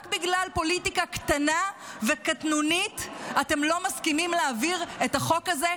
רק בגלל פוליטיקה קטנה וקטנונית אתם לא מסכימים להעביר את החוק הזה,